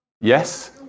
Yes